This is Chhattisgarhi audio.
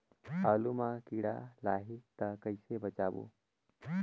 आलू मां कीड़ा लाही ता कइसे बचाबो?